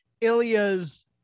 Ilya's